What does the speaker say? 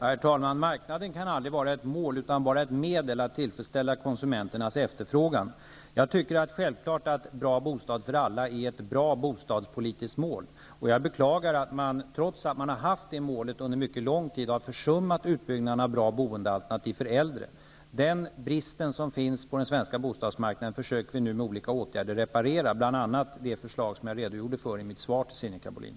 Herr talman! Marknaden kan aldrig vara ett mål utan bara ett medel att tillfredsställa konsumenternas efterfrågan. Jag tycker självfallet att en bra bostad till alla är ett bra bostadspolitiskt mål, och jag beklagar att man, trots att man under mycket lång tid har haft det målet, har försummat utbyggnaden av bra boendealternativ för äldre. Den bristen på den svenska bostadsmarknaden försöker vi nu med olika åtgärder reparera, bl.a. genom det förslag som jag redogjorde för i mitt svar till Sinikka Bohlin.